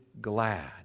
glad